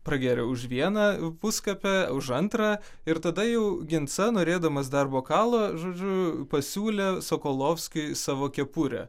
pragėrė už vieną puskapę už antrą ir tada jau ginsa dar norėdamas dar bokalo žodžiu pasiūlė sokolovskiui savo kepurę